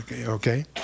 Okay